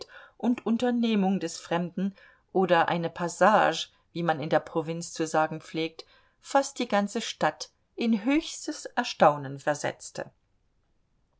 und unternehmung des fremden oder eine passage wie man in der provinz zu sagen pflegt fast die ganze stadt in höchstes erstaunen versetzte